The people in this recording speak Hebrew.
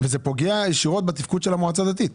וזה פוגע ישירות בתפקוד של המועצה הדתית.